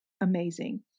amazing